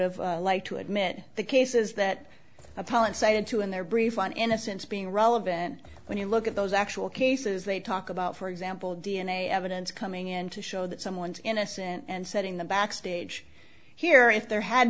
have liked to admit the cases that appellant cited to in their brief on innocence being relevant when you look at those actual cases they talk about for example d n a evidence coming in to show that someone's innocent and setting the backstage here if there had